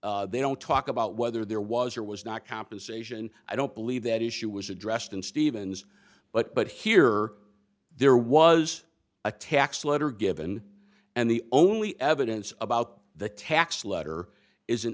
the they don't talk about whether there was or was not compensation i don't believe that issue was addressed in stevens but here there was a tax letter given and the only evidence about the tax letter is